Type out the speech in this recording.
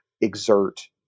exert